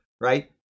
right